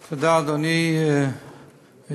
תודה, אדוני היושב-ראש.